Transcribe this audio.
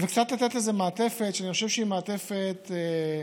קצת לתת לזה מעטפת שאני חושב שהיא מעטפת נכונה,